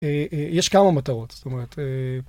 יש כמה מטרות זאת אומרת.